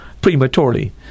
prematurely